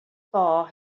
bar